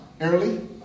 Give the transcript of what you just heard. early